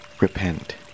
repent